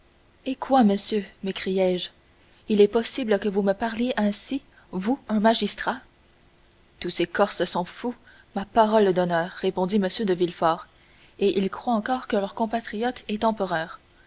eh quoi monsieur m'écriai-je il est possible que vous me parliez ainsi vous un magistrat tous ces corses sont fous ma parole d'honneur répondit m de villefort et ils croient encore que leur compatriote est empereur